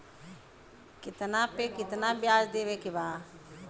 कितना पे कितना व्याज देवे के बा?